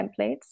templates